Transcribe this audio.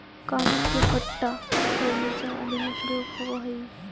काष्ठ के पट्टा फर्नीचर आदि में प्रयोग होवऽ हई